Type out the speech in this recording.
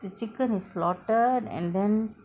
the chicken is slaughtered and then